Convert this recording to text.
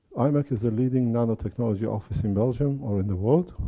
imec is a leading nano-technology office in belgium, or in the world,